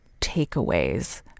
takeaways